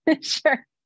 Sure